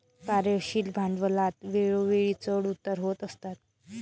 कार्यशील भांडवलात वेळोवेळी चढ उतार होत असतात